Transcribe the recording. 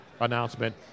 announcement